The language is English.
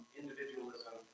individualism